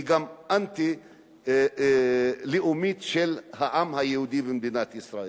היא גם אנטי-לאומית של העם היהודי במדינת ישראל.